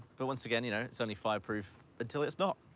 but once again, you know, it's only fireproof until it's not.